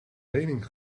lening